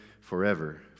forever